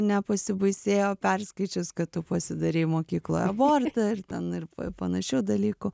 nepasibaisėjo perskaičius kad tu pasidarei mokykloj abortą ir ten ir panašių dalykų